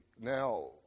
now